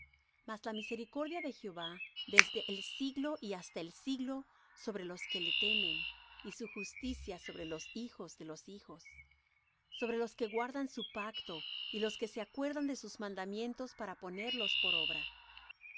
más mas la misericordia de jehová desde el siglo y hasta el siglo sobre los que le temen y su justicia sobre los hijos de los hijos sobre los que guardan su pacto y los que se acuerdan de sus mandamientos para ponerlos por obra